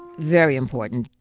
very important,